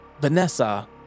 Vanessa